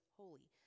holy